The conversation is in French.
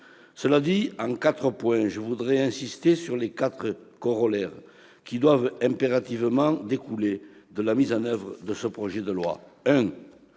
Cela dit, je voudrais insister sur les quatre corollaires qui doivent impérativement découler de la mise en oeuvre de ce projet de loi.